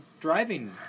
driving